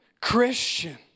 Christian